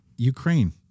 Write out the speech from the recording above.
Ukraine